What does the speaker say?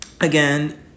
again